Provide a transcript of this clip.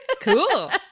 cool